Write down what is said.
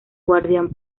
guardián